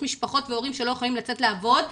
משפחות והורים שלא יכולים לצאת לעבוד,